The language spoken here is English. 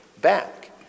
back